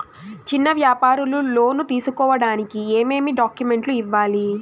చిన్న వ్యాపారులు లోను తీసుకోడానికి ఏమేమి డాక్యుమెంట్లు ఇవ్వాలి?